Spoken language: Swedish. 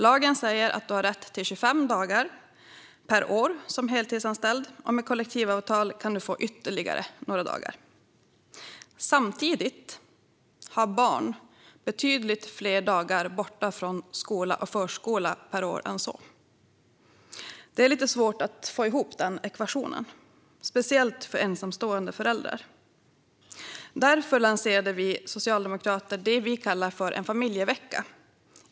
Lagen säger att den som är heltidsanställd har rätt till 25 dagar per år, och med kollektivavtal kan man få ytterligare några dagar. Samtidigt har barn betydligt fler dagar borta från skola och förskola än så per år. Det är lite svårt att få ihop den ekvationen, speciellt för ensamstående föräldrar. Därför lanserade vi socialdemokrater i somras det vi kallar en familjevecka.